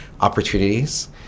opportunities